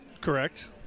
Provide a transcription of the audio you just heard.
Correct